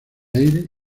aire